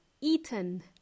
eaten